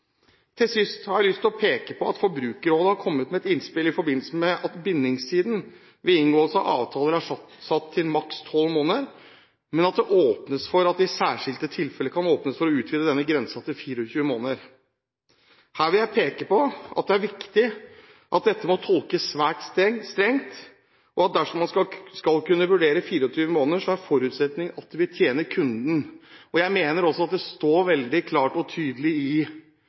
Til sist har jeg lyst til å peke på at Forbrukerrådet har kommet med et innspill i forbindelse med at bindingstiden ved inngåelse av avtaler er satt til maks 12 måneder, men at det åpnes for at det i særskilte tilfeller kan åpnes for å utvide denne grensen til 24 måneder. Her vil jeg peke på at det er viktig at dette må tolkes svært strengt. Dersom man skal kunne vurdere 24 måneder, er forutsetningen at det vil tjene kunden. Jeg mener også at det står veldig klart og tydelig i